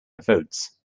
votes